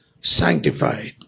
sanctified